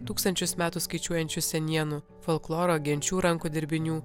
tūkstančius metų skaičiuojančių senienų folkloro genčių rankų dirbinių